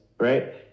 right